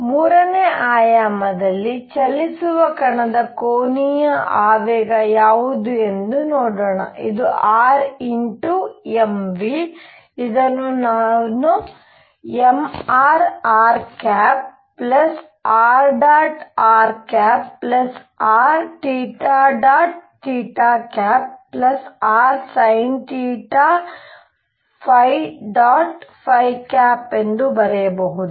ಆದ್ದರಿಂದ 3 ಆಯಾಮದಲ್ಲಿ ಚಲಿಸುವ ಕಣದ ಕೋನೀಯ ಆವೇಗ ಯಾವುದು ಎಂದು ನೋಡೋಣ ಇದು r mv ಇದನ್ನು ನಾನು mrr×rrrrsinθ ಎಂದು ಬರೆಯಬಹುದು